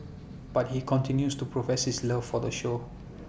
but he continues to profess his love for the show